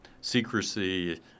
secrecy